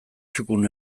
txukun